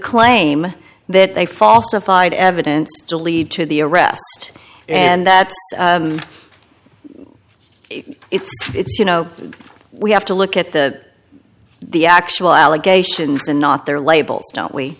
claim that they falsified evidence to lead to the arrest and that if it's it's you know we have to look at the the actual allegations and not their labels don't we